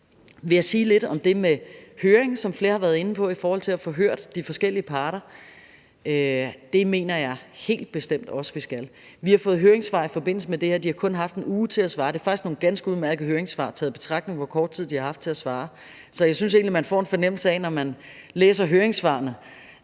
til sidst sige lidt om det med høringen, som flere har været inde på, altså i forhold til at få hørt de forskellige parter: Det mener jeg helt bestemt også vi skal. Vi har fået høringssvar i forbindelse med det her, og de har kun haft 1 uge til at svare. Det er faktisk nogle ganske udmærkede høringssvar, i betragtning af hvor kort tid de har haft til at svare. Så jeg synes egentlig, når man læser høringssvarene,